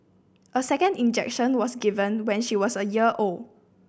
a second injection was given when she was a year old